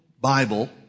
Bible